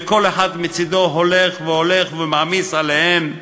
וכל אחד מצדו הולך ומעמיס עליהם,